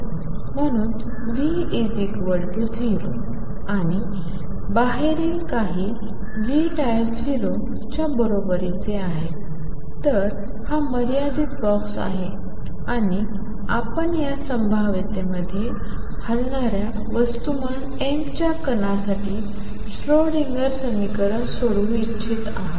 म्हणून V 0 आणि बाहेरील काही V 0 च्या बरोबरीने आहे तर हा मर्यादित बॉक्स आहे आणि आपण या संभाव्यतेमध्ये हलणार्या वस्तुमान m च्या कणासाठी श्रोडिंगर समीकरण सोडवू इच्छित आहात